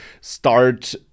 start